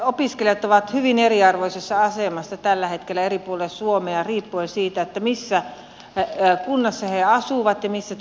ammattikorkeakouluopiskelijat ovat hyvin eriarvoisessa asemassa tällä hetkellä eri puolella suomea riippuen siitä missä kunnassa he asuvat ja missä tämä ammattikorkeakoulu toimii